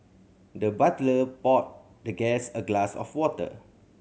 the butler poured the guest a glass of water